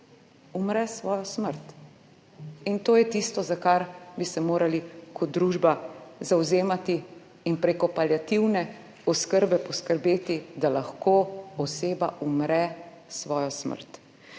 umre svojo smrt, in to je tisto, za kar bi se morali kot družba zavzemati in prek paliativne oskrbe poskrbeti, da lahko oseba umre svojo smrt.